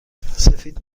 سفید